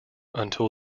until